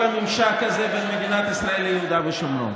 הממשק הזה בין מדינת ישראל ליהודה ושומרון.